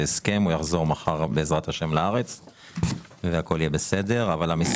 הוא יחזור מחר לארץ בעז"ה אבל המשרד